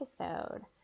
episode